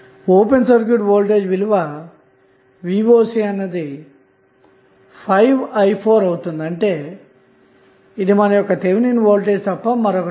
open circuit voltage విలువ vocఅన్నది 5i4 అవుతుంది అంటేఇదిమన థెవినిన్ వోల్టేజ్ తప్ప మరొకటి కాదు